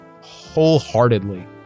wholeheartedly